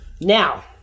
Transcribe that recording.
Now